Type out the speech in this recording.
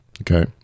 Okay